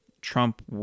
Trump